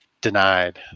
Denied